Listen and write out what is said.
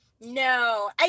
No